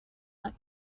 let